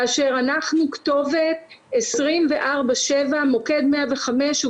כאשר אנחנו כתובת 24/7. מוקד 105 הוא